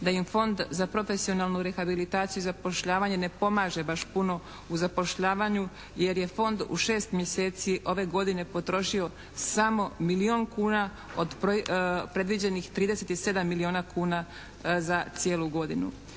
da im Fond za profesionalnu rehabilitaciju i zapošljavanje ne pomaže baš puno u zapošljavanju jer je Fond u šest mjeseci ove godine potrošio samo milijun kuna od predviđenih 37 milijuna kuna za cijelu godinu.